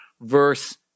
verse